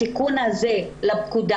התיקון הזה לפקודה,